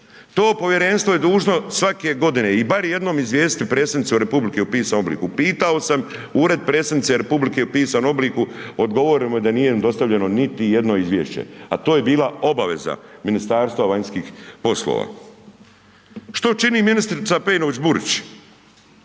To povjerenstvo je dužno, svake godine i bar jednom izvijestiti Predsjednicu Republiku u pisanom obliku. Pitao sam Ured predsjednice Republike u pisanom obliku, odgovoreno mi je da nije dostavljeno niti jedno izvješće, a to je bila obaveza Ministarstva vanjskih poslova. Što čini ministrica Pejčinović Burić?